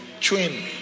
Twin